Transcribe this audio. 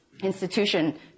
institution